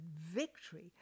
victory